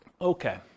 Okay